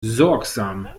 sorgsam